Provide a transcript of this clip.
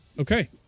Okay